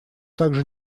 также